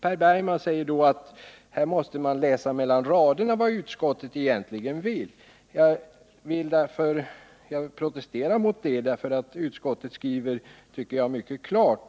Per Bergman säger då att man måste läsa mellan raderna för att få fram vad utskottet egentligen vill. Det protesterar jag mot. Utskottet skriver, tycker jag, mycket klart.